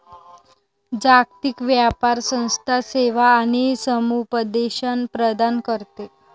जागतिक व्यापार संस्था सेवा आणि समुपदेशन प्रदान करते